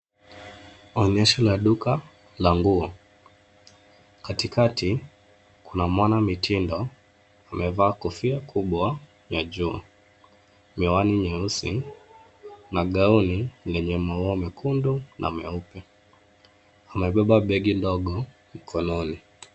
Onyesho la duka la nguo. Katikati kuna mwana mitindo amevaa kofia kubwa ya jua ,miwani nyeusi na gauni lenye maua mekundu na meupe. Amebeba begi ndogo mkononi.